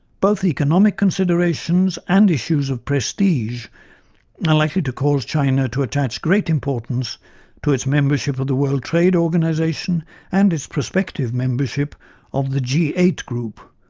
both economic considerations and issues of prestige are and likely to cause china to attach great importance to its membership of the world trade organisation and its prospective membership of the g eight group,